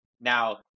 Now